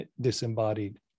disembodied